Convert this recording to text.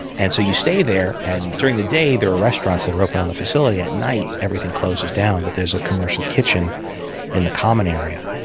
and so you stay there, and during the day, there are restaurants that are open on the facility. at night, everything closes down, but there's a commercial kitchen in the common area,